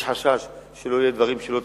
יש חשש שיהיו דברים לא תקינים,